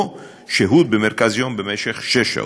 או שהות במרכז-יום במשך שש שעות.